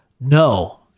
no